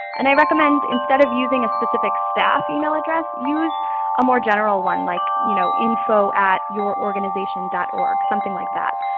and i recommend instead of using a specific staff email address, use a more general one like you know info at your organization org, something like that.